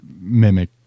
mimic